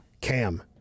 cam